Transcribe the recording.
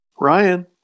Ryan